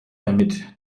damit